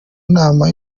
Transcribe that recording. nama